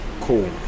Cool